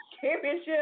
championship